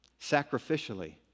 Sacrificially